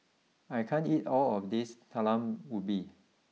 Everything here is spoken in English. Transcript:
I can't eat all of this Talam Ubi